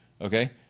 Okay